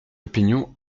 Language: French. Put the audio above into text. l’opinion